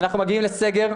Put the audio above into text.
אנחנו מגיעים לסגר,